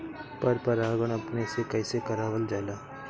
पर परागण अपने से कइसे करावल जाला?